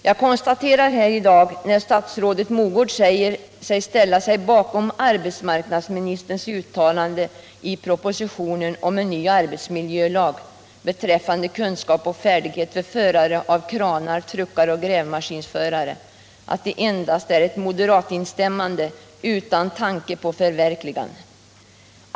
Jag konstaterar här i dag att när statsrådet Mogård ställer sig bakom vad arbetsmarknadsministern uttalat i propositionen om en ny arbetsmiljölag beträffande kunskap och färdighet hos förare av kranar och truckar samt grävmaskinsförare, så är det endast ett moderatinstämmande utan tanke på förverkligande.